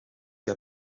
que